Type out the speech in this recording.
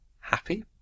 happy